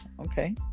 okay